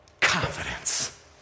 confidence